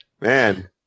Man